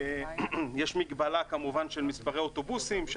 יש מגבלה, כמובן, של מספרי אוטובוסים.